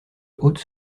haute